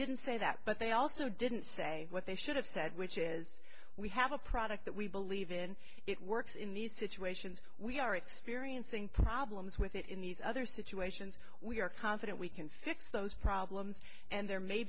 didn't say that but they also didn't say what they should have said which is we have a product that we believe in it works in these situations we are experiencing problems with it in these other situations we are confident we can fix those problems and there may